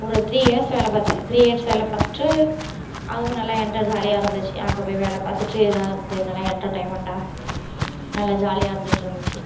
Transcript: ஒரு three years வேலை பார்த்தேன் த்ரீ இயர்ஸ் வேலை பார்த்துட்டு அதுவும் நல்லா என்ட்ட ஜாலியாக இருந்துச்சு அங்கே போய் வேலை பார்த்துட்டு இதாக இருந்து நல்லா என்டர்டெயின்மென்ட்டாக நல்லா ஜாலியாக இருந்துட்டுருந்துச்சி